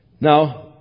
now